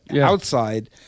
outside